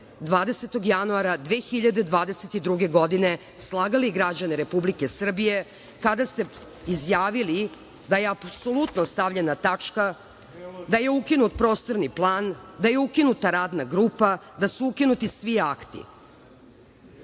20. januara 2022. godine slagali građane Republike Srbije kada ste izjavili da je apsolutno stavljena tačka, da je ukinut Prostorni plan, da je ukinuta Radna grupa, da su ukinuti svi akti?